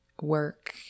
work